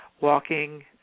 walking